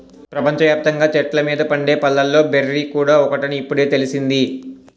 ప్రపంచ వ్యాప్తంగా చెట్ల మీద పండే పళ్ళలో బెర్రీ కూడా ఒకటని ఇప్పుడే తెలిసింది